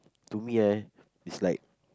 to me ah is like